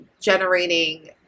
generating